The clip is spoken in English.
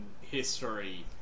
history